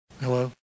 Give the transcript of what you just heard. Hello